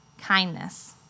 kindness